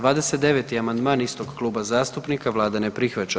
29. amandman istog kluba zastupnika, Vlada ne prihvaća.